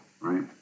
Right